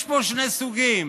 יש פה שני סוגים: